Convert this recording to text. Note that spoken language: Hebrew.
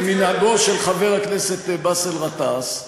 כמנהגו של חבר הכנסת באסל גטאס,